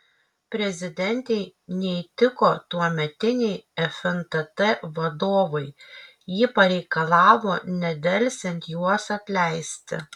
prezidentei neįtiko tuometiniai fntt vadovai ji pareikalavo nedelsiant juos atleisti